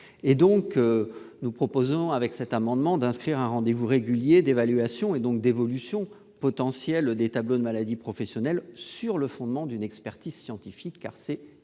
donc, à travers cet amendement, d'inscrire un rendez-vous régulier d'évaluation, et donc d'évolution potentielle des tableaux de maladies professionnelles, sur le fondement d'une expertise scientifique. L'amendement